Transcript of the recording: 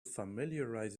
familiarize